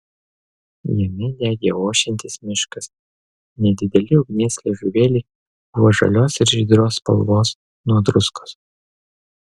jame degė ošiantis miškas nedideli ugnies liežuvėliai buvo žalios ir žydros spalvos nuo druskos